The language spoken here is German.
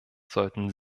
sollten